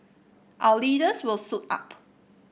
our leaders will suit up